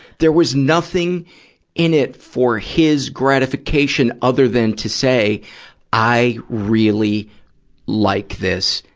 there was nothing in it for his gratification other than to say i really like this,